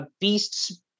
Beast's